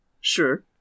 Sure